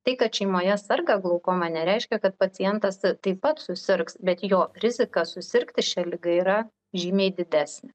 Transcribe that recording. tai kad šeimoje serga glaukoma nereiškia kad pacientas taip pat susirgs bet jo rizika susirgti šia liga yra žymiai didesnė